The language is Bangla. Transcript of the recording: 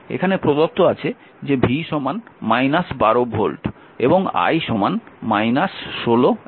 এখানে প্রদত্ত আছে যে v 12 ভোল্ট এবং I 16 অ্যাম্পিয়ার